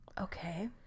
Okay